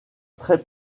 très